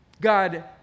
God